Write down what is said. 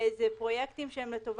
של בטיחות,